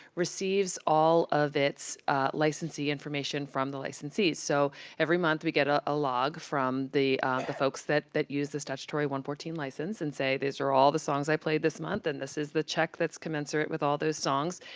receives all of its licensee information from the licensees. so every month, we get a ah log from the the folks that that use the statutory one hundred and fourteen license, and say, these are all the songs i played this month, and this is the check that's commensurate with all those songs.